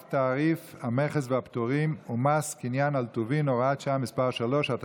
צו תעריף המכס והפטורים ומס קנייה על טובין (הוראת שעה מס' 3),